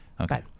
Okay